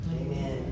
amen